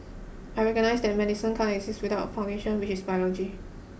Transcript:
I recognise that medicine can't exist without its foundations which is biology